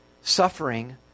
Suffering